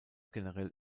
generell